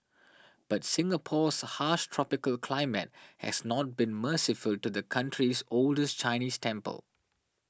but Singapore's harsh tropical climate has not been merciful to the country's oldest Chinese temple